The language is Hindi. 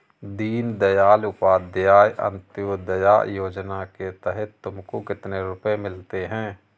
दीन दयाल उपाध्याय अंत्योदया योजना के तहत तुमको कितने रुपये मिलते हैं